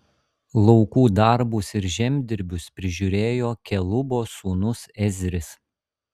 laukų darbus ir žemdirbius prižiūrėjo kelubo sūnus ezris